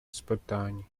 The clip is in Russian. испытаний